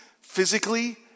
physically